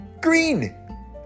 Green